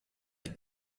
the